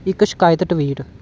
ਇੱਕ ਸ਼ਿਕਾਇਤ ਟਵੀਟ